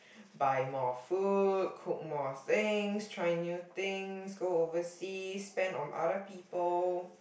buy more food cook more things try new things go overseas spend on other people